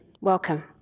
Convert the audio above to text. Welcome